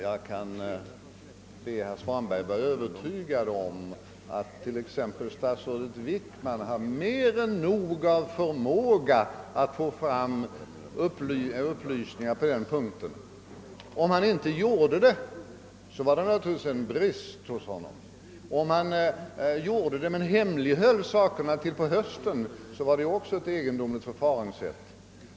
Herr Svanberg kan vara övertygad om att t.ex. statsrådet Wickman har mer än nog av förmåga att få fram upplysningar på denna punkt. Skaffade han inte fram upplysningar, var det naturligtvis en brist hos honom. Gjorde han det men hemlighöll fakta till på hösten är det också ett mycket egendomligt förfaringssätt.